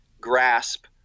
grasp